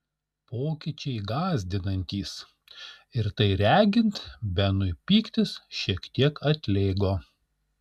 pokyčiai gąsdinantys ir tai regint benui pyktis šiek tiek atlėgo